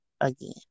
again